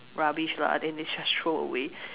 rubbish lah then they just throw away